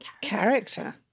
Character